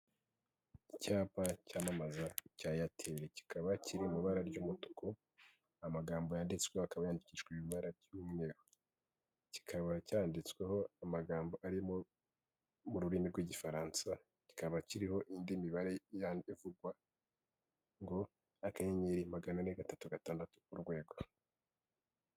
Icyapa cyamamaza cya airtel, kikaba kiri mu ibara ry'umutuku, amagambo yanditswe akaba yandikishwa ibara ry'umweru. Kikaba cyanditsweho amagambo ari mu rurimi rw'igifaransa, kikaba kiriho indi mibare ivugwa ngo akanyenyeri magana ane, gatatu, gatandatu, urwego.